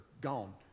gone